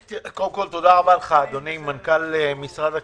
קודם כל תודה לך, אדוני מנכ"ל משרד הכלכלה,